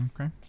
Okay